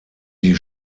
die